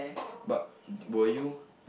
but were you